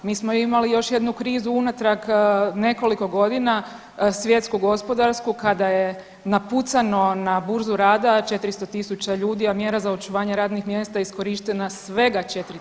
Mi smo imali još jednu krizu unatrag nekoliko godina, svjetsku gospodarsku kada je napucano na burzu rada 400.000 ljudi, a mjera za očuvanje radnih mjesta iskorištena svega 4.000 puta.